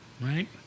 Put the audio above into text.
Right